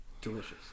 delicious